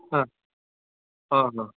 आ हा हा